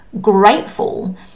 grateful